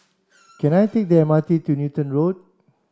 can I take the M R T to Newton Road